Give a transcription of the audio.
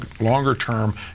longer-term